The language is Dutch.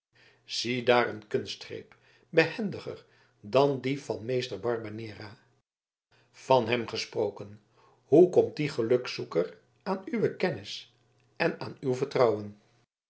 ziedaar een kunstgreep behendiger dan die van meester barbanera van hem gesproken hoe komt die gelukzoeker aan uwe kennis en aan uw vertrouwen